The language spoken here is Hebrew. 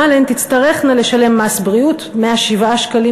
אבל הן תצטרכנה לשלם מס בריאות 107 שקלים